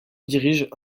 dirige